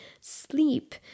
sleep